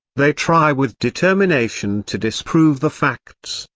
they try with determination to disprove the facts,